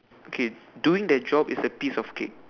okay doing that job is a piece of cake